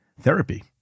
therapy